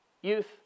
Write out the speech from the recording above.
Youth